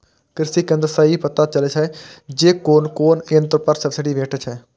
कृषि केंद्र सं ई पता चलि सकै छै जे कोन कोन यंत्र पर सब्सिडी भेटै छै